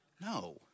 No